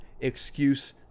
excuse